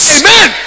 Amen